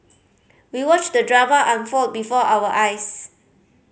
we watched the drama unfold before our eyes